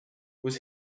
was